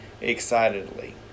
excitedly